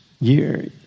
year